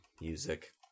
music